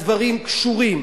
הדברים קשורים.